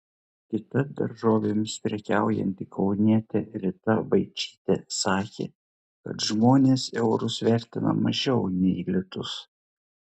kita daržovėmis prekiaujanti kaunietė rita vaičytė sakė kad žmonės eurus vertina mažiau nei litus